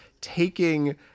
taking